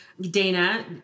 Dana